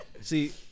See